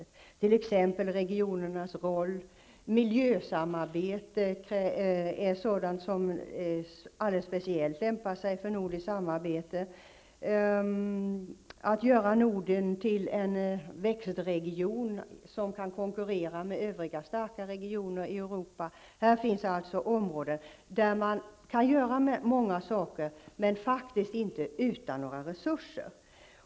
Det gäller t.ex. regionernas roll, och miljösamarbetet är något som alldeles speciellt lämpar sig för nordiskt samarbete. Det kan också gälla att göra Norden till en tillväxtregion som kan konkurrera med övriga starka regioner i Europa. Här finns alltså områden där mycket kan göras, men det går faktiskt inte utan resurser.